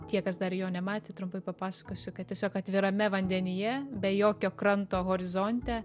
tie kas dar jo nematė trumpai papasakosiu kad tiesiog atvirame vandenyje be jokio kranto horizonte